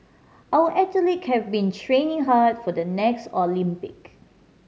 our athlete have been training hard for the next Olympic